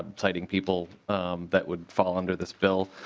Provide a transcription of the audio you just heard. citing people that would fall under this bill.